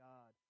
God